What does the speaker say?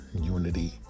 unity